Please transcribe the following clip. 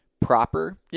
proper